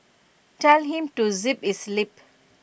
tell him to zip his lip